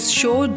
show